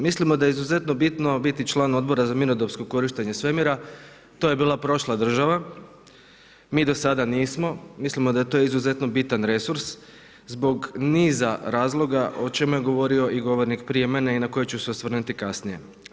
Mislimo da je izuzetno bitno član Odbora za mirnodopsko korištenje svemira, to je bila prošla država, mi do sada nismo, mislimo da je to izuzetno bitan resurs zbog niza razloga o čemu je govorio i govornik prije mene i na kojeg ću se osvrnuti kasnije.